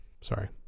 sorry